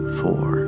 four